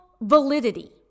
validity